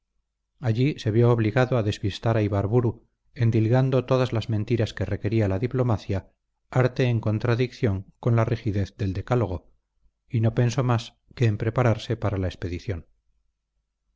allí se vio obligado a despistar a ibarburu endilgando todas las mentiras que requería la diplomacia arte en contradicción con la rigidez del decálogo y no pensó más que en prepararse para la expedición